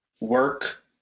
work